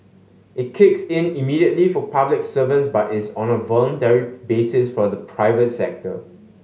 it kicks in immediately for public servants but is on a voluntary basis for the private sector